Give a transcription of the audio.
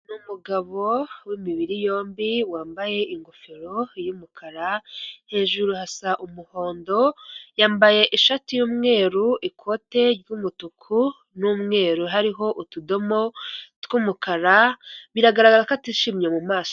Ni umugabo w'imibiri yombi, wambaye ingofero y'umukara, hejuru hasa umuhondo, yambaye ishati y'umweru, ikote ry'umutuku n'umweru hariho utudomo tw'umukara, biragaragara ko atishimye mu maso.